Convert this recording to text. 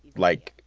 like,